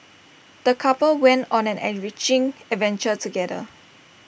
the couple went on an enriching adventure together